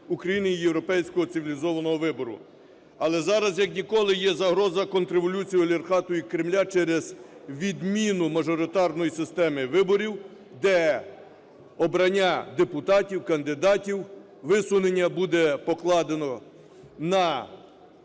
України і європейського цивілізованого вибору. Але зараз як ніколи є загроза контрреволюції олігархату і Кремля через відміну мажоритарної системи виборів, де обрання депутатів, кандидатів, висунення буде покладено на